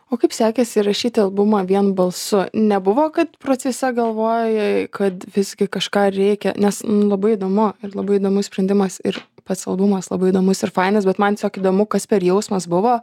o kaip sekėsi įrašyti albumą vien balsu nebuvo kad procese galvojai kad visgi kažką reikia nes labai įdomu ir labai įdomus sprendimas ir pats albumas labai įdomus ir fainas bet man tiesiog įdomu kas per jausmas buvo